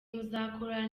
muzakora